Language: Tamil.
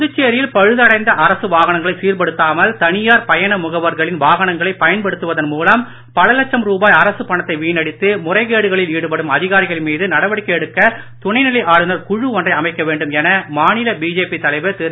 புதுச்சேரியில் பழுதடைந்த அரசு வாகனங்களை சரிபடுத்தாமல் தனியார் பயண முகவர்களின் வாகனங்களை பயன்படுத்துவதன் மூலம் பல லட்ச ரூபாய் அரசுப் பணத்தை வீணடித்து முறைகேடுகளில் ஈடுபடும் அதிகாரிகள் ம்கு நடவடிக்கை எடுக்க துணைநிலை ஆளுநர் குழு ஒன்றை அமைக்க வேண்டும் என மாநில பிஜேபி தலைவர் திரு